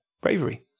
bravery